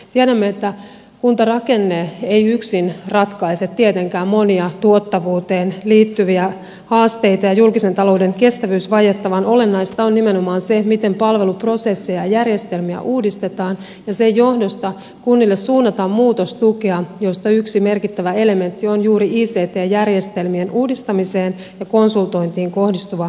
tiedämme että kuntarakenne ei yksin ratkaise tietenkään monia tuottavuuteen liittyviä haasteita ja julkisen talouden kestävyysvajetta vaan olennaista on nimenomaan se miten palveluprosesseja ja järjestelmiä uudistetaan ja sen johdosta kunnille suunnataan muutostukea josta yksi merkittävä elementti on juuri ict järjestelmien uudistamiseen ja konsultointiin kohdistuva muutostuki